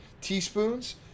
teaspoons